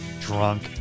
drunk